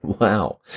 Wow